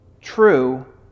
true